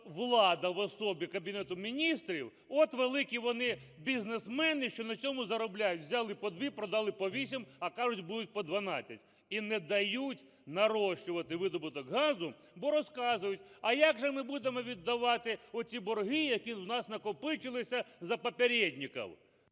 влада в особі Кабінету Міністрів. От великі вони бізнесмени, що на цьому заробляють. Взяли по 2, продали по 8, а кажуть, будуть по 12. І не дають нарощувати видобуток газу, бо розказують, а як же ми будемо віддавати оці борги, які у нас накопичилися за попередніков.